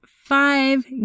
five